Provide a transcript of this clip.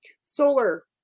solar